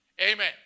Amen